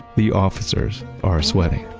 the officers are sweating.